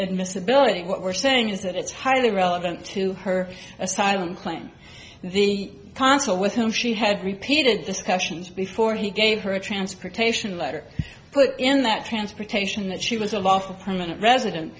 admissibility what we're saying is that it's highly relevant to her asylum claim the consul with whom she had repeated discussions before he gave her a transportation letter put in that transportation that she was a lawful permanent resident